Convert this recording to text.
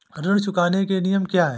ऋण चुकाने के नियम क्या हैं?